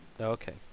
Okay